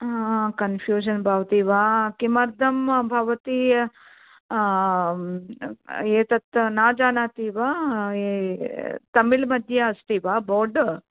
confusion भवति वा किमर्थं भवति एतत् न जानाति वा तमिळ्मध्ये अस्ति वा बोर्ड्